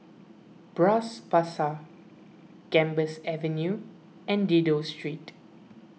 Bras Basah Gambas Avenue and Dido Street